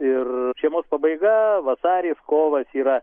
ir žiemos pabaiga vasaris kovas yra